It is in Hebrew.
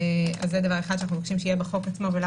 זה דבר אחד שאנחנו מבקשים שיהיה בחוק עצמו ולא